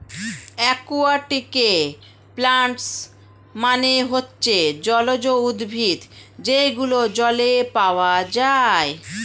একুয়াটিকে প্লান্টস মানে হচ্ছে জলজ উদ্ভিদ যেগুলো জলে পাওয়া যায়